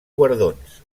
guardons